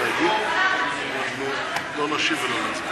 את לא יכולה לרדת, חברים, אנחנו לא באיזו הצגה.